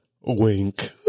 wink